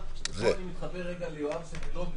פה אני מתחבר ליואב סגלוביץ',